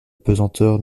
pesanteur